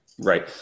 Right